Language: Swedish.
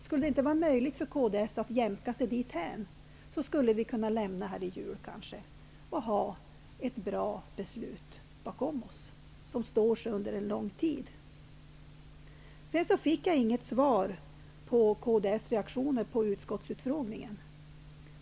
Skulle det inte vara möjligt för kds att jämka sig dithän? Då skulle vi när vi lämnar riksdagen i jul kunna ha bakom oss ett bra beslut som står sig under lång tid. Jag fick inget svar på frågan om kds reaktioner på utskottsutfrågningen.